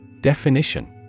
Definition